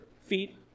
feet